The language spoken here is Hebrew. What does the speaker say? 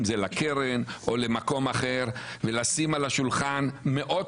אם זה לקרן או למקום אחר ולשים על השולחן מאות